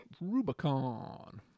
Rubicon